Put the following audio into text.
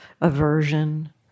aversion